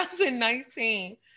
2019